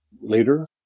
later